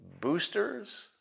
Boosters